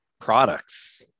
Products